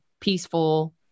peaceful